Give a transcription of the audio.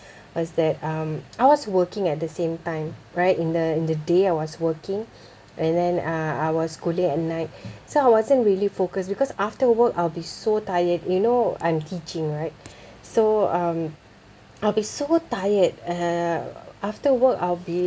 was that um I was working at the same time right in the in the day I was working and then uh I was schooling at night so I wasn't really focused because after work I'll be so tired you know I'm teaching right so um I'll be so tired uh after work I'll be